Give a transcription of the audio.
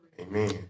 Amen